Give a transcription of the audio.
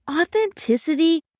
authenticity